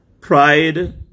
Pride